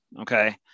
okay